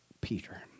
Peter